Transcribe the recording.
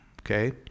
okay